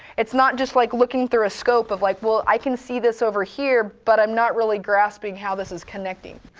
it's not just like looking like through a scope of, like well i can see this over here, but i'm not really grasping how this is connecting.